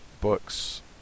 books